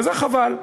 וזה חבל.